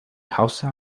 hausa